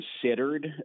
considered